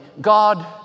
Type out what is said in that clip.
God